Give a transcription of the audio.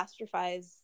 catastrophize